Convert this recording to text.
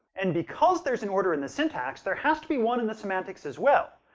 and because there's an order in the syntax, there has to be one in the semantics as well.